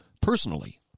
personally